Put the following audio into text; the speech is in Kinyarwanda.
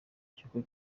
cy’uko